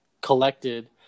collected